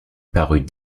parut